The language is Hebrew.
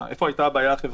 איפה הייתה הבעיה החברתית?